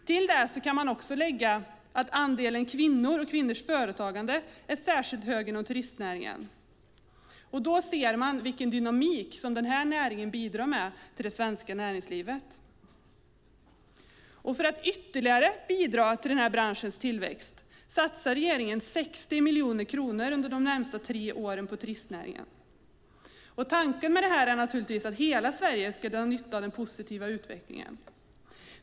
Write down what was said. Till detta kan man lägga att andelen kvinnor och andelen kvinnligt företagande är särskilt hög inom turistnäringen, och då ser man vilken dynamik som den här näringen bidrar med till det svenska näringslivet. För att ytterligare bidra till branschens tillväxt satsar regeringen 60 miljoner under de närmaste tre åren på turistnäringen. Tanken med detta är naturligtvis att hela Sverige ska dra nytta av den positiva utvecklingen.